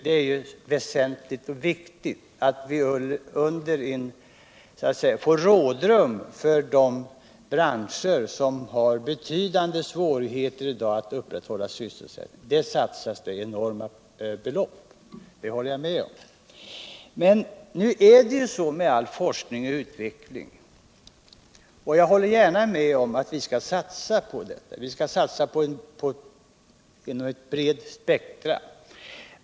Det är väsentligt och viktigt att vi får rådrum för de branscher som har betydande svårigheter i dag att upprätthålla sysselsättningen. Där satsas det enorma belopp, det håller jag med om. Men nu är det så med all forskning och utveckling. Jag håller gärna med om att vi skall satsa på detta inom ett brett spektrum.